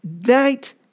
night